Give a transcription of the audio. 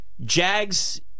Jags